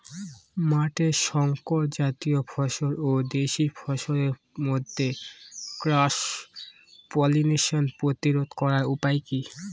মাঠের শংকর জাতীয় ফসল ও দেশি ফসলের মধ্যে ক্রস পলিনেশন প্রতিরোধ করার উপায় কি?